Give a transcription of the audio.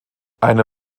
eine